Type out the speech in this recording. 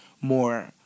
more